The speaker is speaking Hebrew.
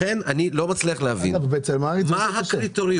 לכן אני לא מצליח להבין מה הקריטריונים